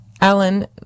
Alan